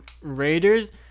Raiders